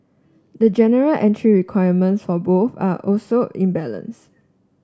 the general entry requirements for both are also imbalanced